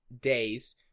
days